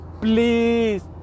please